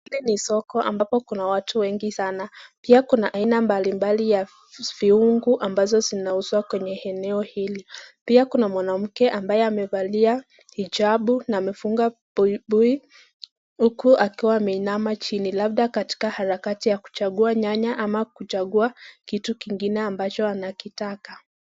Hili ni soko ambapo kuna watu wengi sana, pia kuna aina mbalimbali ya viungu ambazo zinauzwa kwenye eneo hili. Pia kuna mwanamke ambaye amevalia hijabu na amedunga buibui huku akiwa ameinama chini labda katika harakati ya kuchafua nyanya ama kuchafua Kitu kingine ambacho anakitaka.